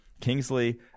Kingsley